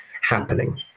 happening